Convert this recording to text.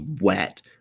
wet